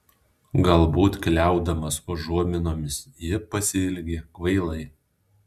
galbūt kliaudamas užuominomis ji pasielgė kvailai